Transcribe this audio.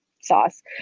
sauce